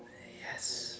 yes